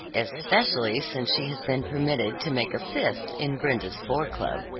especially since she has been permitted to make a fifth in brenda's four club.